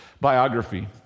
biography